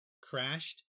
crashed